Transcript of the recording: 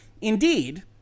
Indeed